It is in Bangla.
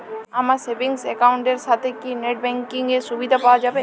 আমার সেভিংস একাউন্ট এর সাথে কি নেটব্যাঙ্কিং এর সুবিধা পাওয়া যাবে?